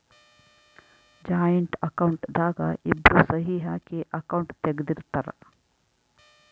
joint account ದಾಗ ಇಬ್ರು ಸಹಿ ಹಾಕಿ ಅಕೌಂಟ್ ತೆಗ್ದಿರ್ತರ್